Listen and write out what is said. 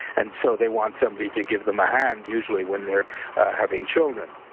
and so, they want somebody to give them a hand usually when they are having children.